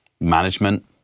management